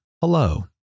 hello